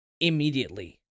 immediately